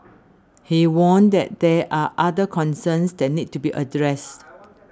he warned that there are other concerns that need to be addressed